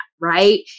Right